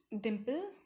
Dimple